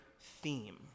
theme